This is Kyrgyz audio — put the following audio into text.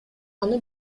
аны